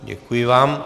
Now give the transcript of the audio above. Děkuji vám.